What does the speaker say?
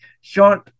Sean